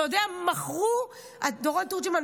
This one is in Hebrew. דורון תורג'מן,